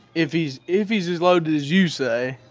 if he's if he's as loaded as you say